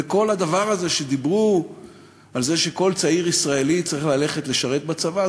וכל הדבר הזה שדיברו על זה שכל צעיר ישראלי צריך ללכת לשרת בצבא,